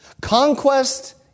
Conquest